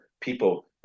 people